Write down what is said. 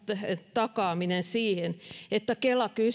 takaaminen siihen että kela